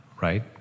right